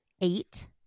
eight